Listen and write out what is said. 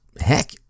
heck